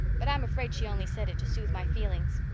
but i'm afraid she only said it to soothe my feelings.